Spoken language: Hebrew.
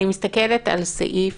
אני מסתכלת על סעיף